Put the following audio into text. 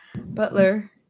Butler